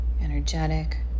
energetic